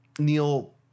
Neil